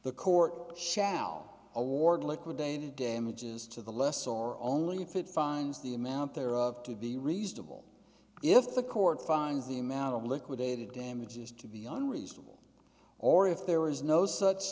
the court shall award liquidated damages to the less or only if it finds the amount there of to be reasonable if the court finds the amount of liquidated damages to be unreasonable or if there is no such